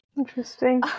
Interesting